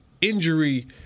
injury